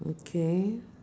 okay